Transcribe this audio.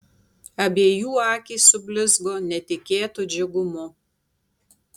abiejų akys sublizgo netikėtu džiugumu